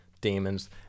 demons